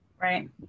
Right